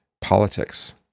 politics